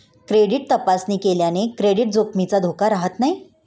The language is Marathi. क्रेडिट तपासणी केल्याने क्रेडिट जोखमीचा धोका राहत नाही